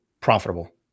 profitable